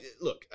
look